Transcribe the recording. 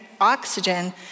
oxygen